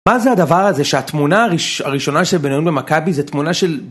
מה זה הדבר הזה שהתמונה הראשונה של בניון ומכבי זה תמונה של...